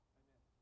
amen